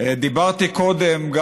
דיברתי גם קודם,